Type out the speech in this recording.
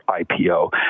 IPO